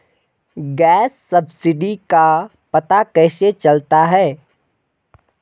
Gas subsidy का पता कैसे चलता है?